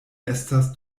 estas